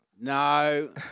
No